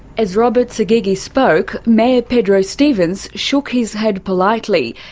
as robert sagigi spoke, mayor pedro stephens shook his head politely,